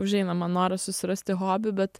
užeina man noras susirasti hobį bet